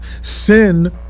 Sin